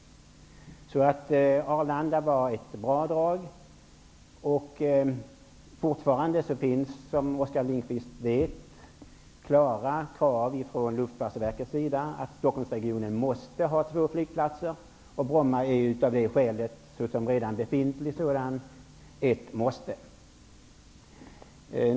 Arlanda var ett bra drag och det finns, som Oskar Lindkvist vet, fortfarande klara krav från Luftfartsverket på att Stockholmsregionen måste ha två flygplatser. Bromma flygplats är som en redan befintlig sådan ett måste.